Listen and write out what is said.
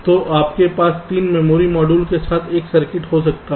तो आपके पास 3 मेमोरी मॉड्यूल के साथ एक सर्किट हो सकता है